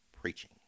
preaching